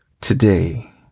today